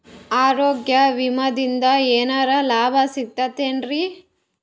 ಆರೋಗ್ಯ ವಿಮಾದಿಂದ ಏನರ್ ಲಾಭ ಸಿಗತದೇನ್ರಿ?